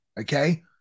Okay